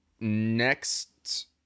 next